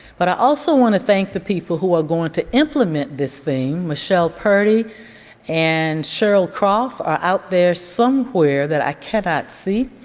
but i also wanna thank the people who are going to implement this thing. michelle purdy and sheryl croft are out there somewhere that i cannot see.